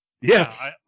Yes